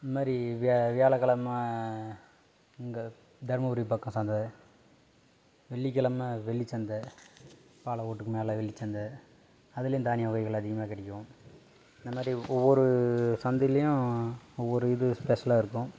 இந்த மாதிரி வியா வியாழக்கிழம இங்கே தருமபுரி பக்கம் சந்தை வெள்ளிக்கிழம வெள்ளிச்சந்தை பாலவூட்டுக்கு மேலே வெள்ளிச்சந்தை அதுலயும் தானிய வகைகள் அதிகமாக கிடைக்கும் இந்தமாதிரி ஒவ்வொரு சந்தையிலையும் ஒவ்வொரு இது ஸ்பெஷலாக இருக்கும்